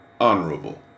honorable